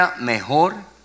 mejor